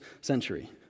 century